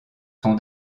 sont